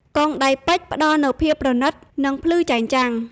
កងដៃពេជ្រ ផ្តល់នូវភាពប្រណិត និងភ្លឺចែងចាំង។